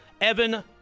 Evan